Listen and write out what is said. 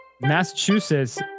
Massachusetts